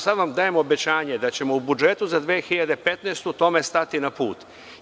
Sada vam dajemo obećanje da ćemo u budžetu za 2015. godinu tome stati na put.